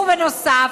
ובנוסף,